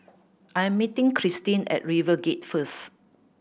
I am meeting Kristyn at RiverGate first